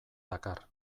dakar